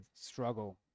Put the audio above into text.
struggle